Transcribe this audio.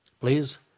Please